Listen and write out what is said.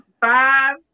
five